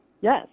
Yes